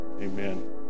Amen